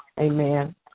Amen